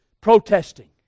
protesting